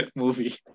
movie